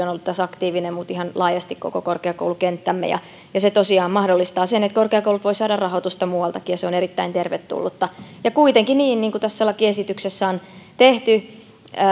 on ollut tässä aktiivinen mutta ihan laajasti koko korkeakoulukenttämme se tosiaan mahdollistaa sen että korkeakoulut voivat saada rahoitusta muualtakin ja se on erittäin tervetullutta kuitenkin niin niin kuin tässä lakiesityksessä on tehty